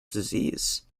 disease